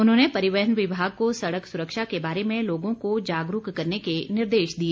उन्होंने परिवहन विभाग को सड़क सुरक्षा के बारे में लोगों को जागरूक करने के निर्देश दिए